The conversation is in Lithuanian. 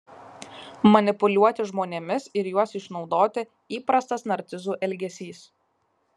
manipuliuoti žmonėmis ir juos išnaudoti įprastas narcizų elgesys